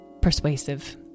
persuasive